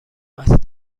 اسب